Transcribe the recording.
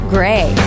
Gray